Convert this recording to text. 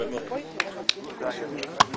בשעה 13:46.